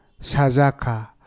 Sazaka